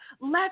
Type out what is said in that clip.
Let